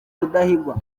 rudahigwa